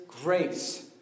grace